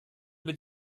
wird